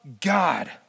God